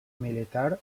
militar